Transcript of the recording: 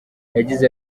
yagize